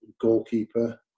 goalkeeper